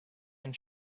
and